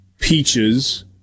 peaches